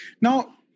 Now